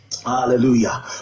Hallelujah